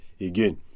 again